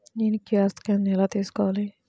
నేను Q R scan ఎలా తీసుకోవాలి?